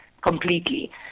completely